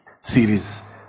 series